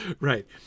right